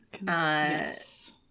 yes